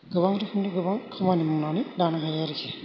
गोबां रोखोमनि गोबां खामानि मावनानै लानो हायो आरोखि